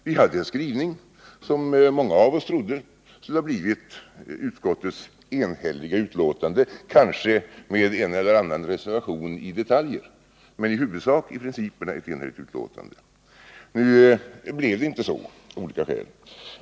Vi hade en skrivning som många av oss trodde skulle bli utskottets enhälliga utlåtande — kanske med en eller annan reservation i detaljer. Av olika skäl blev det inte så.